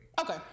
Okay